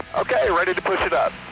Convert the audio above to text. okay, ready to push it up.